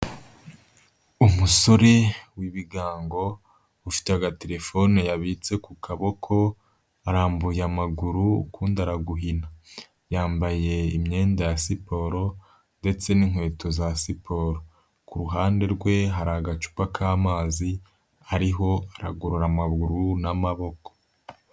Umusore w'ibigango ufite agaterefone yabitse ku kaboko, arambuye amaguru ukundi araguhina. Yambaye imyenda ya siporo ndetse n'inkweto za siporo. Ku ruhande rwe hari agacupa k'amazi, hariho aragorora amaguru n'amaboko.